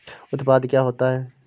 उत्पाद क्या होता है?